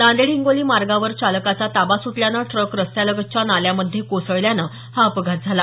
नांदेड हिंगोली मार्गावर चालकाचा ताबा सुटल्यानं ट्रक रस्त्यालगतच्या नाल्यामध्ये कोसळल्यानं हा अपघात झाला